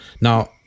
Now